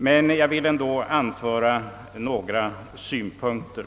Men jag vill ändå anföra några synpunkter.